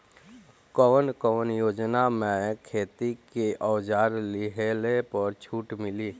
कवन कवन योजना मै खेती के औजार लिहले पर छुट मिली?